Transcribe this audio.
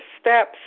steps